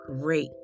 great